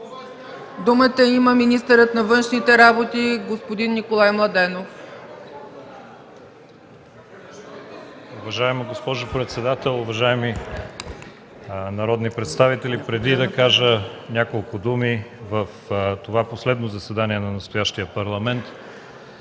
Думата има министърът на външните работи господин Николай Младенов.